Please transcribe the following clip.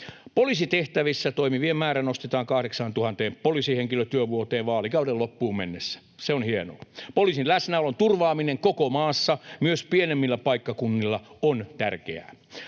Poliisitehtävissä toimivien määrä nostetaan 8 000 poliisihenkilötyövuoteen vaalikauden loppuun mennessä, se on hienoa. Poliisin läsnäolon turvaaminen koko maassa, myös pienemmillä paikkakunnilla, on tärkeää.